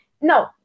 No